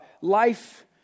life